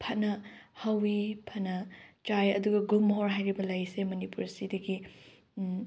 ꯐꯅ ꯍꯧꯏ ꯐꯅ ꯆꯥꯏ ꯑꯗꯨꯒ ꯒꯨꯔꯃꯣꯍꯣꯔ ꯍꯥꯏꯔꯤꯕ ꯂꯩꯁꯦ ꯃꯅꯤꯄꯨꯔꯁꯤꯗꯒꯤ